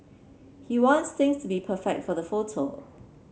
he wants things to be perfect for the photo